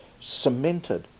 cemented